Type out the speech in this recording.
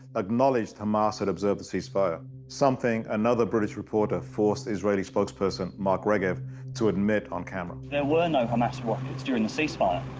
acknowledged hamas had observed the ceasefire n something another british reporter forced israeli spokesperson mark regev to admit on camera. there were no hamas rockets during the ceasefire.